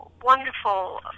wonderful